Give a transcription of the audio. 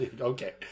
Okay